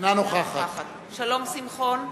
אינה נוכחת שלום שמחון,